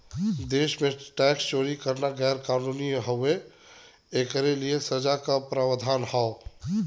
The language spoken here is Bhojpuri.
देश में टैक्स चोरी करना गैर कानूनी हउवे, एकरे लिए सजा क प्रावधान हौ